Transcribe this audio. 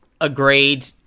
agreed